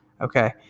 Okay